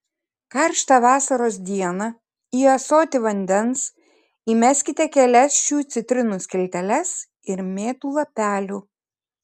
karštą vasaros dieną į ąsotį vandens įmeskite kelias šių citrinų skilteles ir mėtų lapelių